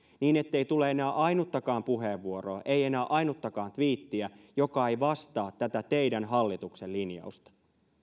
niin ettei tule enää ainuttakaan puheenvuoroa ei enää ainuttakaan tviittiä joka ei vastaa tätä teidän hallituksenne linjausta